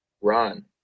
run